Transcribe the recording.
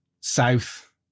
south